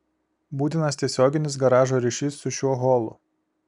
būtinas tiesioginis garažo ryšys su šiuo holu